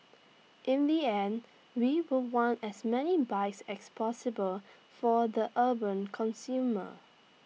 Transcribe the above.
in the end we will want as many bikes as possible for the urban consumer